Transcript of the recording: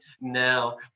now